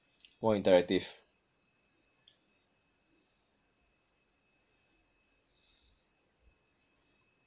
more interactive